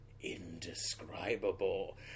indescribable